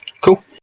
cool